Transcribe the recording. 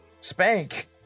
Spank